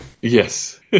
yes